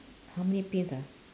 how many pins ah